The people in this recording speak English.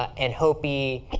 and hopie